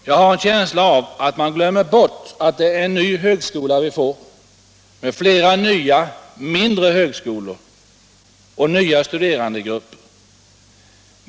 Jag har en känsla av att man glömmer bort att det är en ny högskola vi får med flera nya, mindre högskoleenheter och med nya studerandegrupper.